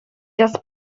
just